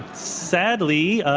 sadly,